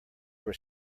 were